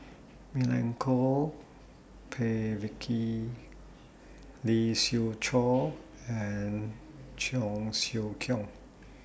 Milenko Prvacki Lee Siew Choh and Cheong Siew Keong